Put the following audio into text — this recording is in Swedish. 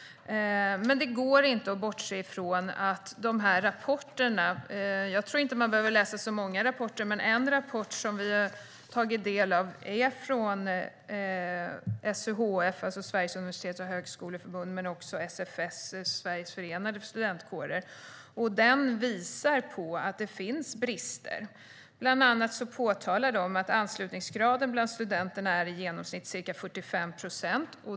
Men det går inte att bortse från dessa rapporter. Jag tror inte att man behöver läsa så många rapporter. Men rapporter som vi har tagit del av är från SUHF, Sveriges universitets och högskoleförbund, och från SFS, Sveriges förenade studentkårer, som visar att det finns brister. Bland annat påpekar de att anslutningsgraden bland studenterna i genomsnitt är ca 45 procent.